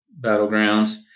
battlegrounds